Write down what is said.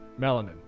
melanin